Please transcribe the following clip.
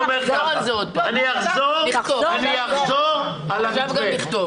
אני אחזור על המתווה.